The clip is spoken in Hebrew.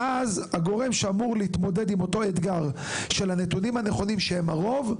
ואז הגורם שאמור להתמודד עם אותו אתגר של הנתונים הנכונים שהם הרוב,